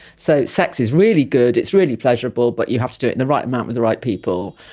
so sex is really good, it's really pleasurable, but you have to do it in the right amount with the right people.